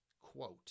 quote